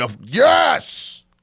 Yes